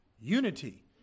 unity